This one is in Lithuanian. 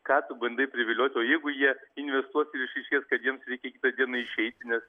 ką tu bandai privilioti o jeigu jie investuos ir išaiškės kad jiems reikia kitą dieną išeiti nes